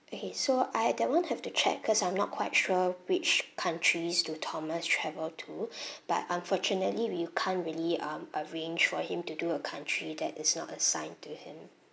okay so I that [one] have to check because I'm not quite sure which countries do thomas travel to but unfortunately we can't really um arrange for him to do a country that is not assigned to him